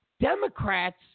Democrats